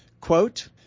Quote